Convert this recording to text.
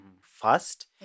First